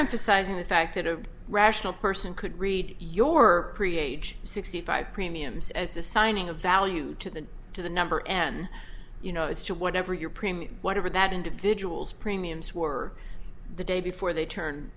emphasizing the fact that a rational person could read your create sixty five premiums as assigning a value to the to the number n you know it's to whatever your premium whatever that individual's premiums were the day before they turn